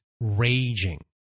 raging